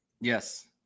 Yes